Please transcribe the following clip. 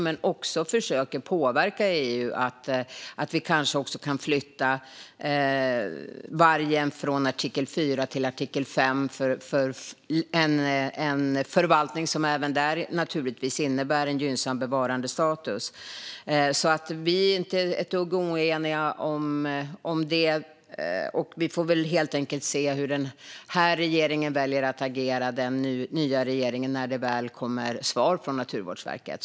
Men vi ska också försöka påverka EU så att vi kanske också kan flytta vargen från artikel 4 till artikel 5 för en förvaltning som även där innebär en gynnsam bevarandestatus. Vi är inte ett dugg oeniga om detta, och vi får väl se hur den nya regeringen väljer att agera när det väl kommer svar från Naturvårdsverket.